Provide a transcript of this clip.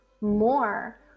more